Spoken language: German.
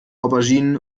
auberginen